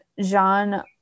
Jean